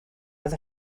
oedd